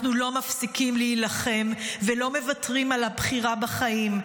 אנחנו לא מפסיקים להילחם ולא מוותרים על הבחירה בחיים.